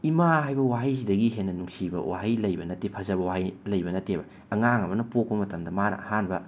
ꯏꯃꯥ ꯍꯥꯏꯕ ꯋꯥꯍꯩꯁꯤꯗꯒꯤ ꯍꯦꯟꯅ ꯅꯨꯡꯁꯤꯕ ꯋꯥꯍꯩ ꯂꯩꯕ ꯅꯠꯇꯦ ꯐꯖꯕ ꯋꯥꯍꯩ ꯂꯩꯕ ꯅꯠꯇꯦꯕ ꯑꯉꯥꯡ ꯑꯃꯅ ꯄꯣꯛꯄ ꯃꯇꯝꯗ ꯃꯥꯅ ꯑꯍꯥꯟꯕ